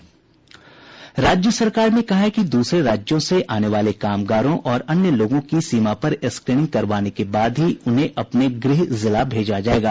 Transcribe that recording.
राज्य सरकार ने कहा है कि दूसरे राज्यों से आने वाले कामगारों और अन्य लोगों की सीमा पर स्क्रीनिंग करवाने के बाद उन्हें अपने गृह जिला भेजा जायेगा